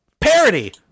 parody